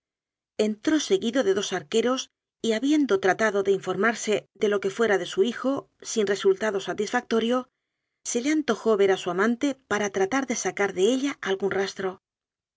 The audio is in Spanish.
entró seguido de dos arque ros y habiendo tratado de informarse de lo que fuera de su hijo sin resultado satisfactorio se le antojó ver a su amante para ti atar de sacar de ella algún rastro